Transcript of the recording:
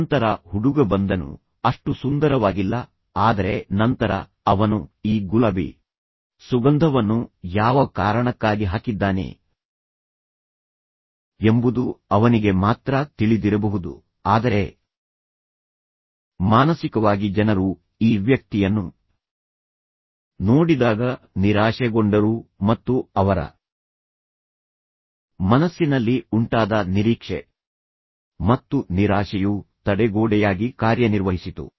ನಂತರ ಹುಡುಗ ಬಂದನು ಅಷ್ಟು ಸುಂದರವಾಗಿಲ್ಲ ಆದರೆ ನಂತರ ಅವನು ಈ ಗುಲಾಬಿ ಸುಗಂಧವನ್ನು ಯಾವ ಕಾರಣಕ್ಕಾಗಿ ಹಾಕಿದ್ದಾನೆ ಎಂಬುದು ಅವನಿಗೆ ಮಾತ್ರ ತಿಳಿದಿರಬಹುದು ಆದರೆ ಮಾನಸಿಕವಾಗಿ ಜನರು ಈ ವ್ಯಕ್ತಿಯನ್ನು ನೋಡಿದಾಗ ನಿರಾಶೆಗೊಂಡರೂ ಮತ್ತು ಅವರ ಮನಸ್ಸಿನಲ್ಲಿ ಉಂಟಾದ ನಿರೀಕ್ಷೆ ಮತ್ತು ನಿರಾಶೆಯು ತಡೆಗೋಡೆಯಾಗಿ ಕಾರ್ಯನಿರ್ವಹಿಸಿತು